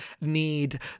need